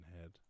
head